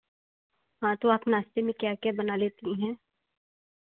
हाँ तो आप नाश्ते में क्या क्या बना लेती हैं